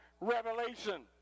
revelation